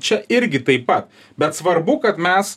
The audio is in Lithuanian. čia irgi taip pat bet svarbu kad mes